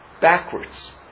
backwards